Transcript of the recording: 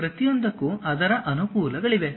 ಪ್ರತಿಯೊಂದಕ್ಕೂ ಅದರ ಅನುಕೂಲಗಳಿವೆ